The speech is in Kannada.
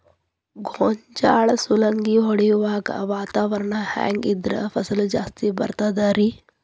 ಗೋಂಜಾಳ ಸುಲಂಗಿ ಹೊಡೆಯುವಾಗ ವಾತಾವರಣ ಹೆಂಗ್ ಇದ್ದರ ಫಸಲು ಜಾಸ್ತಿ ಬರತದ ರಿ?